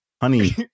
Honey